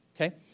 Okay